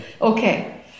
Okay